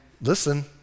listen